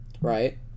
right